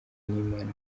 n’imana